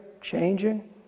changing